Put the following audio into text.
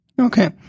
Okay